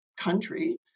country